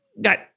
got